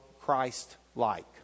Christ-like